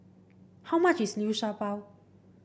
how much is Liu Sha Bao